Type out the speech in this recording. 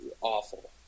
awful